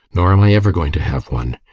nor am i ever going to have one.